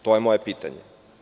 To je moje pitanje.